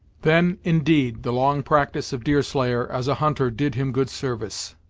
then, indeed, the long practice of deerslayer, as a hunter did him good service.